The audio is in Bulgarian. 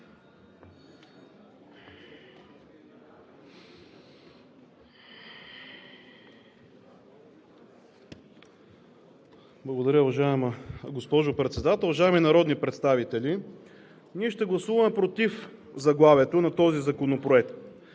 Благодаря. Уважаема госпожо Председател, уважаеми народни представители! Ние ще гласуваме против заглавието на този законопроект,